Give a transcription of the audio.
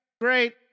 Great